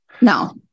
No